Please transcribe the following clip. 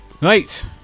Right